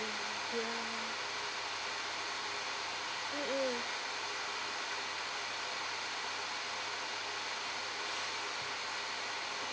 ya mmhmm